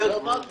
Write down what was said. זה דבר אחד.